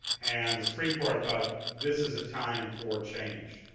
and the supreme court thought, this is a time for change.